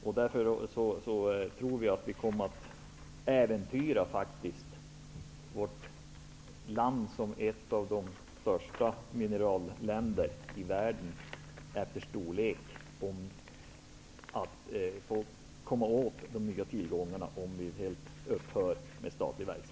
Vi tror att det kommer att äventyra vårt lands ställning som ett av de största mineralländerna i världen, om vi helt upphör med statligt engagemang när det gäller att komma åt de nya tillgångarna.